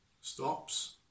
stops